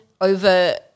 over –